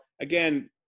again